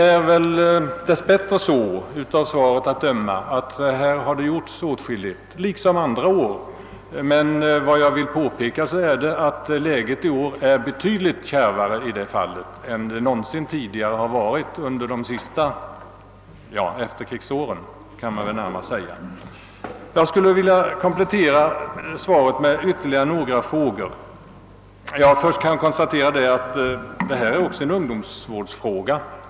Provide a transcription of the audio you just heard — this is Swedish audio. Av svaret att döma torde det dess bättre ha gjorts åtskilligt i detta avseende, liksom andra år, men jag vill påpeka att läget i år är betydligt kärvare än det varit någon gång under de senaste efterkrigsåren. Jag vill få inrikesministerns svar kompletterat och ställer därför ytterligare några frågor. Först vill jag dock konstatera att detta också är en ungdomsvårdsfråga.